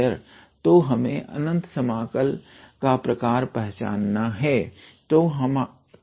तो हमें अनंत समाकल का प्रकार पहचानना है